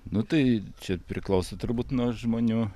nu tai čia priklauso turbūt nuo žmonių